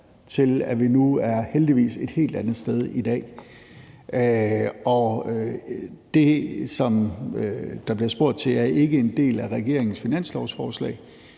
til at vi heldigvis er et helt andet sted i dag. Det, som der bliver spurgt til, er ikke en del af regeringens finanslovsforslag.